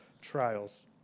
trials